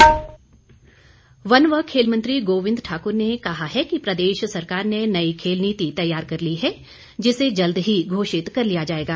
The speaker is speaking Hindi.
गोविंद ठाक्र वन व खेल मंत्री गोविंद ठाकुर ने कहा है कि प्रदेश सरकार ने नई खेल नीति तैयार कर ली है जिसे जल्द ही घोषित कर लिया जाएगा